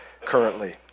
currently